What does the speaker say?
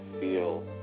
feel